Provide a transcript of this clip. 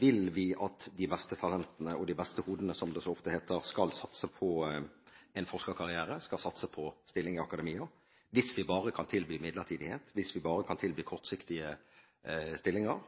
Vil vi at de beste talentene og de beste hodene – som det så ofte heter – skal satse på en forskerkarriere, skal satse på stilling i akademia? Hvis vi bare kan tilby midlertidighet, hvis vi bare kan tilby kortsiktige stillinger,